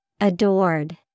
Adored